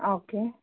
okay